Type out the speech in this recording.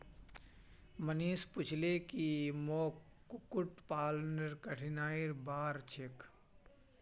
मनीष पूछले की मोक कुक्कुट पालनेर कठिनाइर बार छेक